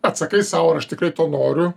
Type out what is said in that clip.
atsakai sau ar aš tikrai to noriu